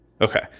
Okay